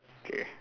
K